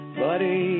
buddy